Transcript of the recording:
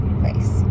place